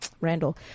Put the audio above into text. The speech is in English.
Randall